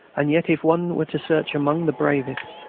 and yet if one were to search among the bravest,